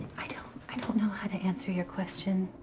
i don't i don't know how to answer your question.